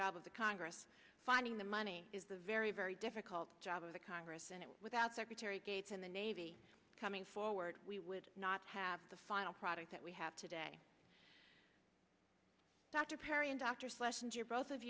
of the congress finding the money is a very very difficult job of the congress and it without secretary gates and the navy coming forward we would not have the final product that we have today dr